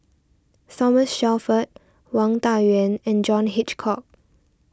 Thomas Shelford Wang Dayuan and John Hitchcock